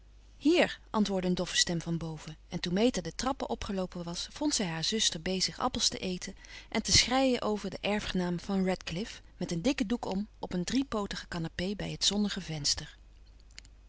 hier antwoordde een doffe stem van boven en toen meta de trappen opgeloopen was vond zij haar zuster bezig appels te eten en te schreien over de erfgenaam van redclyff met een dikken doek om op eene driepootige canapé bij het zonnige venster